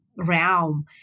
realm